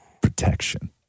protection